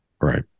Right